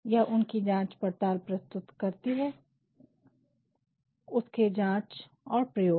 यह उनकी जांच पड़ताल प्रस्तुत करती है उसके जांच और प्रयोग